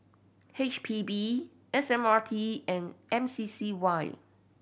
H P B S M R T and M C C Y